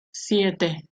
siete